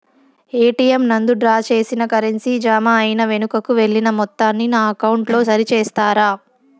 ATM నందు draw చేసిన currency జామ అయి వెనుకకు వెళ్లిన మొత్తాన్ని నా అకౌంట్ లో సరి చేస్తారా?